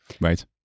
Right